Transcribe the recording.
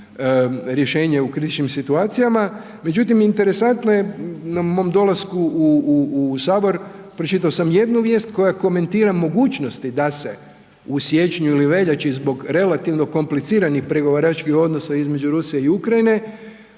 u siječnju ili veljači zbog relativno kompliciranih pregovaračkih odnosa između Rusije i Ukrajine